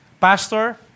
Pastor